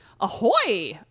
Ahoy